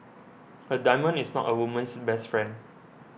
a diamond is not a woman's best friend